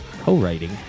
co-writing